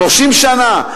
30 שנה?